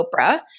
Oprah